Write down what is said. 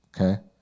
okay